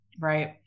right